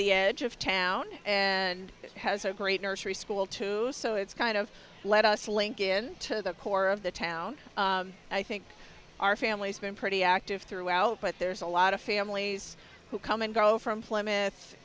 the edge of town and has a great nursery school to so it's kind of let us link in to the core of the town i think our family's been pretty active throughout but there's a lot of families who come and go from